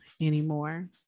anymore